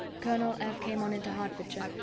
colonel f. came on into hertfordshire,